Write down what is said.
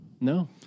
no